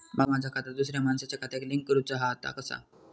माका माझा खाता दुसऱ्या मानसाच्या खात्याक लिंक करूचा हा ता कसा?